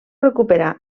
recuperar